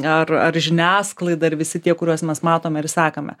ar ar žiniasklaida ir visi tie kuriuos mes matome ir sekame